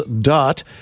dot